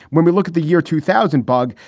when we look at the year two thousand bug,